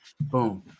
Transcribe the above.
boom